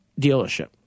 dealership